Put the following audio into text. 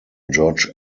george